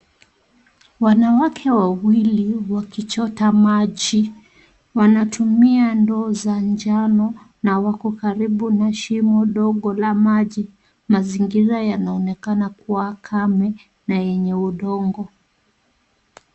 Wanawake wawili wakichota maji wanatumia ndoo za njano na wakokaribu na shimo ndogo la maji mazingira yanaonekana kuwa kame na yenye udongo.